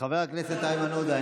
חבר הכנסת איימן עודה,